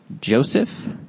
Joseph